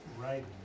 Right